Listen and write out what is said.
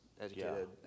educated